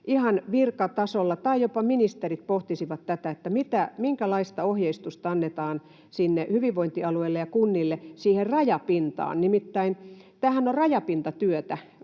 ihan virkatasolla tai jopa ministerit pohtisivat tätä, minkälaista ohjeistusta annetaan sinne hyvinvointialueille ja kunnille siihen rajapintaan. Nimittäin tämähän on rajapintatyötä.